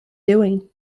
doing